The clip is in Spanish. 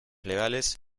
legales